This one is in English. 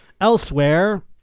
elsewhere